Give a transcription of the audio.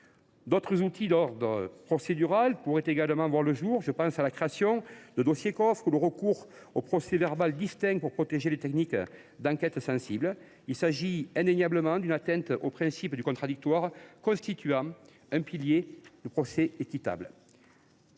D’autres outils d’ordre procédural pourraient également voir le jour. Je pense à la création de dossiers coffres ou au recours au procès verbal distinct pour protéger les techniques d’enquête sensibles. Il s’agit indéniablement d’une atteinte au principe du contradictoire, constituant un pilier du procès équitable.